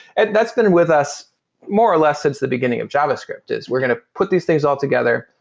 and that's been with us more or less since the beginning of javascript, is we're going to put these things altogether,